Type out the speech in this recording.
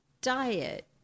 diet